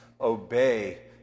obey